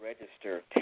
register